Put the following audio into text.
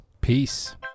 Peace